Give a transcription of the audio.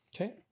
okay